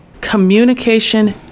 communication